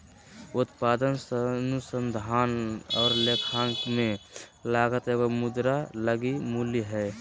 उत्पादन अनुसंधान और लेखांकन में लागत एगो मुद्रा लगी मूल्य हइ